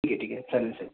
ठीक आहे ठीक आहे चालेल साहेब